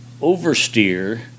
oversteer